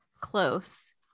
close